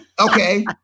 Okay